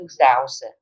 2000